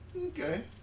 Okay